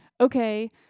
okay